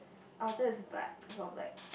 outer is black it's all black